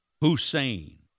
Hussein